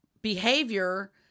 behavior